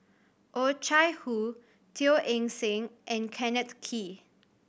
Oh Chai Hoo Teo Eng Seng and Kenneth Kee